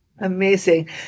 Amazing